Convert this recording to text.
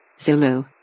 Zulu